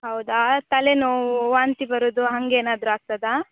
ಹೌದಾ ತಲೆ ನೋವು ವಾಂತಿ ಬರೋದು ಹಾಗೇನಾದ್ರು ಆಗ್ತದಾ